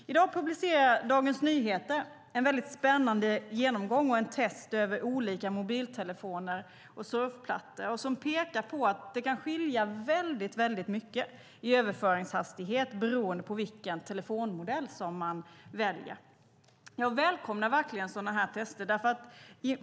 I dag publicerade Dagens Nyheter en spännande genomgång av och ett test över olika mobiltelefoner och surfplattor. Genomgången pekar på att det kan skilja mycket i överföringshastighet beroende på vilken telefonmodell man väljer. Jag välkomnar verkligen sådana tester.